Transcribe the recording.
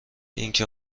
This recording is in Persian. اینکه